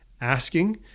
asking